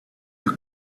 you